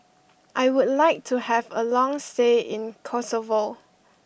I would like to have a long stay in Kosovo